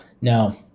now